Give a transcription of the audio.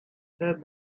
said